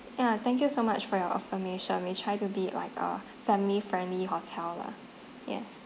ya thank you so much for your affirmation we try to be like a family friendly hotel lah yes